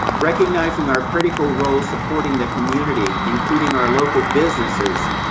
recognizing our critical role supporting the community, including our local businesses,